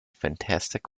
fantastic